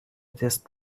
تست